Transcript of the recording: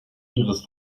ihres